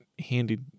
handy